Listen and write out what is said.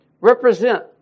represent